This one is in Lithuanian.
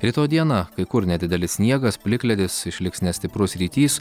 rytoj dieną kai kur nedidelis sniegas plikledis išliks nestiprus rytys